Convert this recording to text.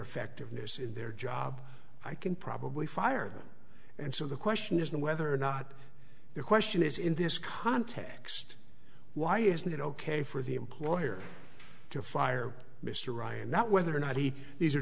effectiveness in their job i can probably fire them and so the question isn't whether or not the question is in this context why is it ok for the employer to fire mr ryan not whether or not he these are